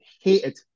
hated